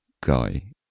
guy